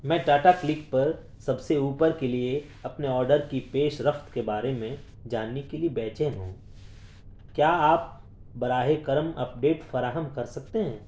میں ٹاٹا کلک پر سب سے اوپر کے لیے اپنے آرڈر کی پیش رفت کے بارے میں جاننے کے لیے بےچین ہوں کیا آپ براہ کرم اپڈیٹ فراہم کر سکتے ہیں